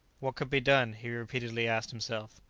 what could be done? he repeatedly asked himself.